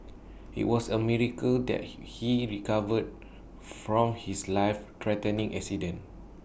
IT was A miracle that he he recovered from his life threatening accident